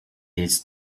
its